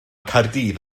caerdydd